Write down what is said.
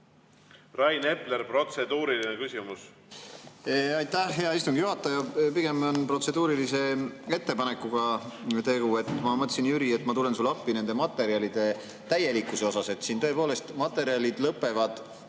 Rain Epler, protseduuriline küsimus. Aitäh, hea istungi juhataja! Pigem on tegu protseduurilise ettepanekuga. Ma mõtlesin, Jüri, et ma tulen sulle appi nende materjalide täielikkuse asjas. Tõepoolest, materjalid lõpevad